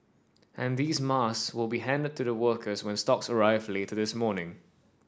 and these masks will be handed to the workers when stocks arrive later this morning